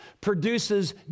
produces